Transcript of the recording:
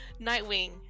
Nightwing